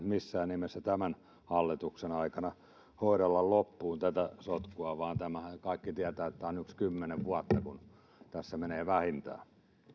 missään nimessä tämän hallituksen aikana hoidella loppuun tätä sotkua vaan kaikki tietävät että tämä on yksi kymmenen vuotta mikä tässä menee vähintään